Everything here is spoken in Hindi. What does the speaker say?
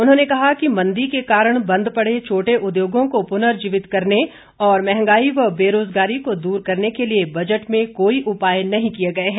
उन्होंने कहा कि मंदी के कारण बंद पड़े छोटे उद्योगों को पुर्नजीवित करने और महंगाई व बेरोजगारी को दूर करने के लिए बजट में कोई उपाय नहीं किए गए हैं